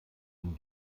nun